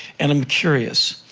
and i'm curious.